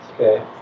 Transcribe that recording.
okay